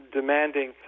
demanding